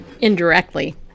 indirectly